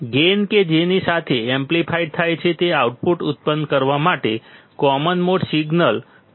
gain કે જેની સાથે તે એમ્પ્લીફાઇડ થાય છે તે આઉટપુટ ઉત્પન્ન કરવા માટે કોમન મોડ સિગ્નલ છે